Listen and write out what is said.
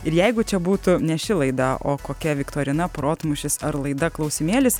ir jeigu čia būtų ne ši laida o kokia viktorina protmūšis ar laida klausimėlis